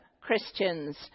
Christians